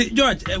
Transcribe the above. George